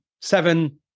seven